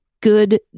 good